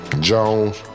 Jones